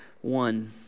one